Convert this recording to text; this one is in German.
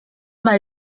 mal